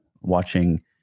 watching